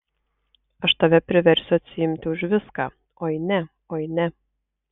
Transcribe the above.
aš tave priversiu atsiimti už viską oi ne oi ne